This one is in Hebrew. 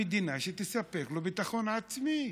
המדינה, שתספק לו ביטחון אישי.